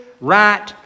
right